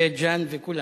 בית-ג'ן וכולם,